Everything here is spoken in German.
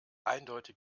eindeutig